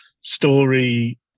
story